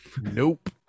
Nope